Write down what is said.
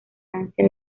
francia